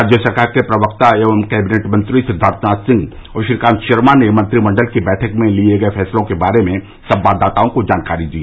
राज्य सरकार के प्रवक्ता एवं कैबिनेट मंत्री सिद्वार्थनाथ सिंह और श्रीकान्त शर्मा ने मंत्रिमण्डल की बैठक में लिये गये फैसलों के बारे में संवाददाताओं को जानकारी दी